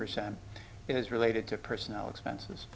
percent is related to personal expenses